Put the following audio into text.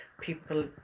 people